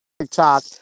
TikTok